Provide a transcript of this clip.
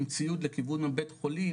עם ציוד לכיוון בית החולים,